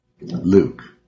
Luke